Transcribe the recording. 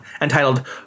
entitled